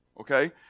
okay